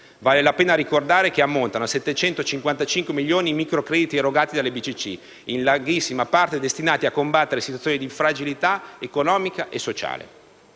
Vale la pena ricordare che ammontano a 755 milioni i microcrediti erogati dalle banche di credito cooperativo, in larghissima parte destinati a combattere situazioni di fragilità economica e sociale.